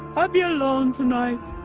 i'll be alone tonight